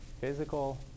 physical